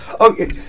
Okay